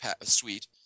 suite